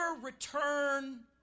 return